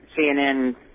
CNN